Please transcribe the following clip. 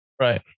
Right